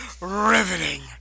Riveting